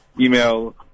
email